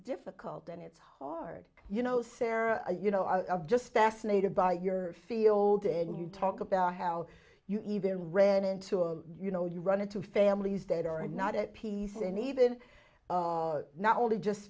difficult and it's hard you know sarah you know i just fascinated by your field and you talk about how you even ran into a you know you'd run into families that are not at peace and even not only just